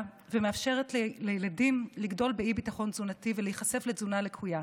ומאפשרת לילדים לגדול באי-ביטחון תזונתי ולהיחשף לתזונה לקויה.